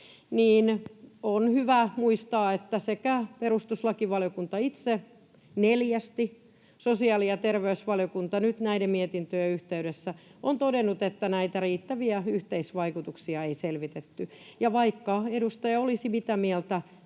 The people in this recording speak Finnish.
on hyvä muistaa, että sekä perustuslakivaliokunta itse, neljästi, ja sosiaali- ja terveysvaliokunta nyt näiden mietintöjen yhteydessä ovat todenneet, että näitä yhteisvaikutuksia ei riittävästi selvitetty. Vaikka edustaja olisi mitä mieltä,